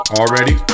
already